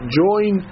join